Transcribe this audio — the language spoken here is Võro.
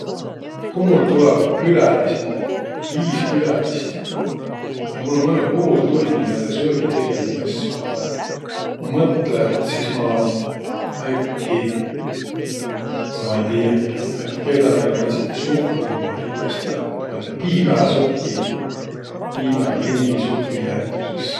Ku mul tulõvaq küläliseq, viis külälist, ja mul um õnnõ puul tunni näile söögi tegemises. Ma mõtlõ, et sis ma äkki, ma ei tiiäki, äkki keedä näile määntsegi supi, miä kipõstõ lätt. Ma ei tiiäq, piimäsupi, piimäklimbisupi näütüses.